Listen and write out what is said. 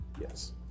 Yes